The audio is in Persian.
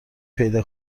پیدا